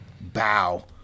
bow